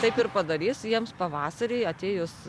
taip ir padarys jiems pavasarį atėjus